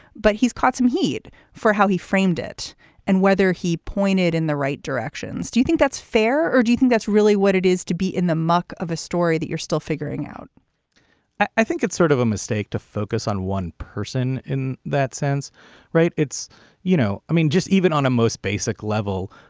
but he's caught some heat for how he framed it and whether he pointed in the right direction. do you think that's fair. or do you think that's really what it is to be in the muck of a story that you're still figuring out i think it's sort of a mistake to focus on one person in that sense right. it's you know i mean just even on a most basic level.